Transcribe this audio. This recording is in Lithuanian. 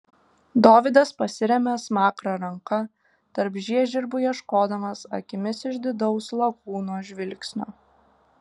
dovydas pasiremia smakrą ranka tarp žiežirbų ieškodamas akimis išdidaus lakūno žvilgsnio